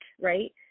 Right